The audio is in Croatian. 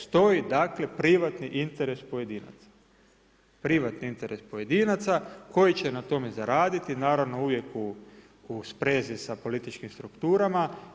Stoji dakle privatni interes pojedinaca, privatni interes pojedinaca koji će na tome zaraditi naravno uvijek u sprezi sa političkim strukturama.